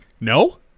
No